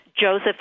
Joseph